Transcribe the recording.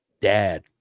dad